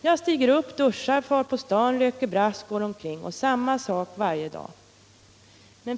Jag stiger upp, duschar, far på stan, röker brass, går omkring. Samma sak varje dag.